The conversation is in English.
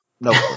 No